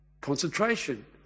concentration